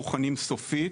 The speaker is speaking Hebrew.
מוכנים סופית.